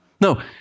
No